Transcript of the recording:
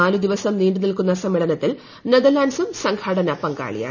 നാലു ദിവസം നീണ്ടു നിൽക്കുന്ന സമ്മേളന്തിൽ നെതർലാന്റ്സും സംഘാടന പങ്കാളിയാണ്